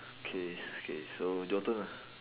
okay okay so your turn lah